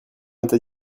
état